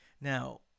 now